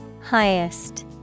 Highest